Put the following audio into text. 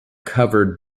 covered